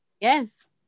Yes